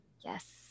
yes